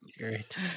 Great